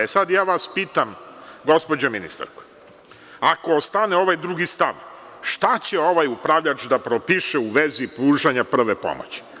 E sada ja vas pitam, gospođo ministarko, ako ostane ovaj drugi stav, šta će ovaj upravljač da propiše u vezi pružanja prve pomoći?